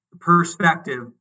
perspective